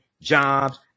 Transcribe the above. jobs